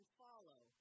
follow